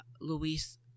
Luis